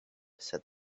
said